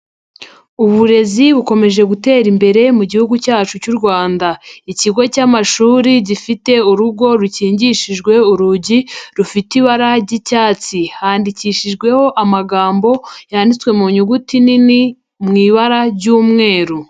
Uburezi bukomeje gutera imbere mu gihugu cyacu cy'u Rwanda. Ikigo cy'amashuri gifite urugo rukingishijwe urugi, rufite ibara jy'icyatsi handikishijweho amagambo yanditswe mu nyuguti nini mu ibara jy'umweru.